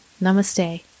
Namaste